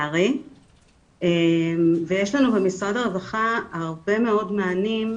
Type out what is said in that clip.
לצערי ויש לנו במשרד הרווחה הרבה מאוד מענים,